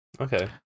Okay